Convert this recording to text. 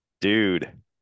Dude